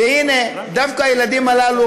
ודווקא הילדים הללו,